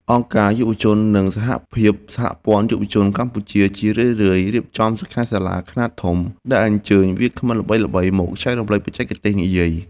អង្គការយុវជន និងសហភាពសហព័ន្ធយុវជនកម្ពុជា ជារឿយៗរៀបចំសិក្ខាសាលាខ្នាតធំដែលអញ្ជើញវាគ្មិនល្បីៗមកចែករំលែកបច្ចេកទេសនិយាយ។